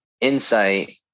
insight